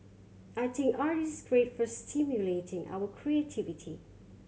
I think art is great for stimulating our creativity